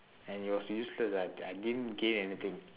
and it was really stressed I I didn't gain anything